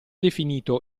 definito